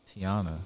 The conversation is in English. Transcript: Tiana